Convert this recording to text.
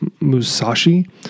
Musashi